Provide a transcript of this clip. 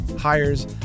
hires